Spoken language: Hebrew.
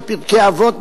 בפרקי אבות,